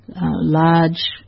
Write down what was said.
large